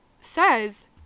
says